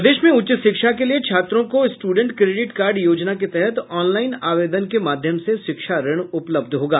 प्रदेश में उच्च शिक्षा के लिये छात्रों को स्टूडेंट क्रोडिट कार्ड योजना के तहत ऑनलाईन आवेदन के माध्यम से शिक्षा ऋण उपलब्ध होगा